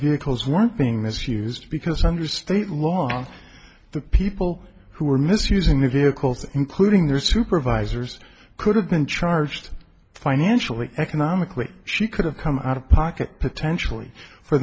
vehicles weren't being misused because under state law the people who were misusing the vehicles including their supervisors could have been charged financially economically she could have come out of pocket potentially for